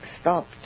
stopped